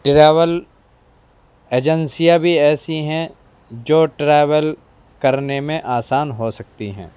travel ایجنسیاں بھی ایسی ہیں جو ٹریول کرنے میں آسان ہو سکتی ہیں